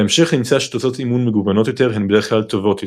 בהמשך נמצא שתוצאות אימון מגוונות יותר הן בדרך כלל טובות יותר.